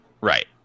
right